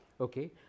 Okay